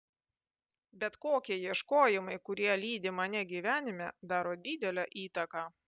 bet kokie ieškojimai kurie lydi mane gyvenime daro didelę įtaką